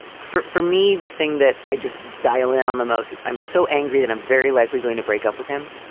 for for me, the thing that i just dial in on the most is i'm so angry that i'm very likely going to break up with him.